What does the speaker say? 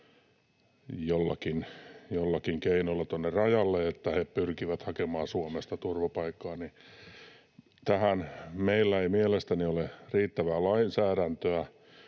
jollakin keinolla tuonne rajalle, niin että he pyrkivät hakemaan Suomesta turvapaikkaa, niin tähän meillä ei mielestäni ole riittävää lainsäädäntöä